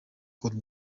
code